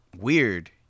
weird